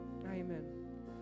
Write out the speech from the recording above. Amen